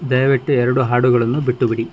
ದಯವಿಟ್ಟು ಎರಡು ಹಾಡುಗಳನ್ನು ಬಿಟ್ಟುಬಿಡಿ